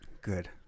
Good